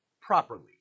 properly